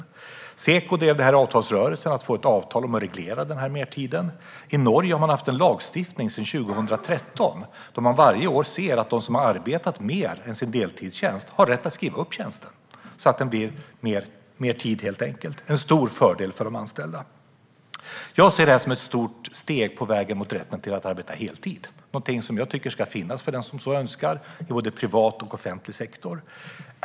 I avtalsrörelsen drev Seko att man skulle få ett avtal om att reglera denna mertid. I Norge har man sedan 2013 en lagstiftning om att de som har arbetat mer än sin deltidstjänst under året har rätt att skriva upp tjänsten så att det blir mer tid. Det är en stor fördel för de anställda. Jag ser detta som ett stort steg på vägen mot rätten till att arbeta heltid. Det är en rätt som ska finnas för den som så önskar i både privat och offentlig sektor.